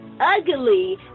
ugly